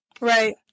Right